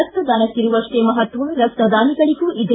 ರಕ್ತದಾನಕ್ಕಿರುವಷ್ಟೇ ಮಹತ್ವ ರಕ್ತದಾನಿಗಳಿಗೂ ಇದೆ